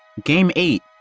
game eight,